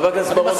חבר הכנסת בר-און,